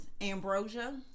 Ambrosia